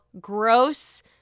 gross